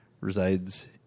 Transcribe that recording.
Resides